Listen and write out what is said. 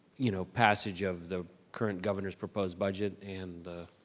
you know, passage of the current governor's proposed budget, and.